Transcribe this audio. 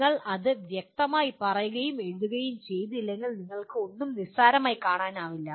നിങ്ങൾ അത് വ്യക്തമായി പറയുകയുകയും എഴുതുകയും ചെയ്തില്ലെങ്കിൽ നിങ്ങൾക്ക് ഒന്നും നിസ്സാരമായി കാണാനാവില്ല